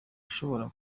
ashobora